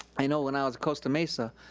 i know when i was at costa mesa,